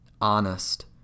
honest